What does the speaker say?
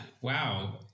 Wow